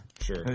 Sure